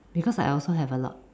because I also have a lot